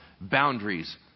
boundaries